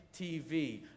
TV